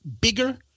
bigger